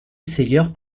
essayeur